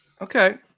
Okay